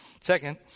Second